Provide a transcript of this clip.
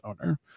owner